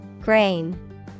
Grain